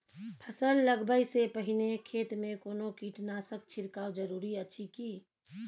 फसल लगबै से पहिने खेत मे कोनो कीटनासक छिरकाव जरूरी अछि की?